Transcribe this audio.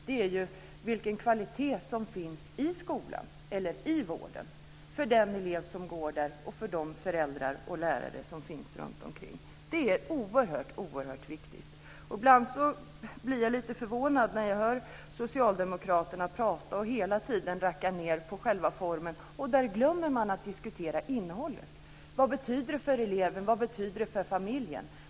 Det viktiga är vilken kvalitet som finns i vården eller i skolan för den elev som går där och för de föräldrar och lärare som finns där. Det är oerhört viktigt. Ibland blir jag lite förvånad när jag hör Socialdemokraterna prata och hela tiden racka ned på själva formen. Då glömmer man att diskutera innehållet. Vad betyder det för eleven och för familjen?